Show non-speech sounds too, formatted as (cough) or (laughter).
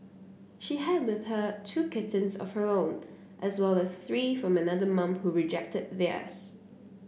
she had with her two kittens of her own as well as three from another mum who rejected (unintelligible)